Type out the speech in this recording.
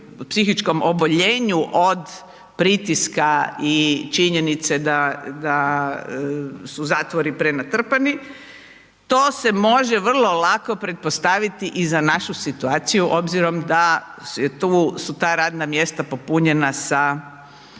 psihičkom oboljenju od pritiska i činjenice da, da su zatvori prenatrpani, to se može vrlo lako pretpostaviti i za našu situaciju obzirom da je tu, su ta radna mjesta popunjena sa